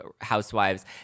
Housewives